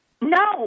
No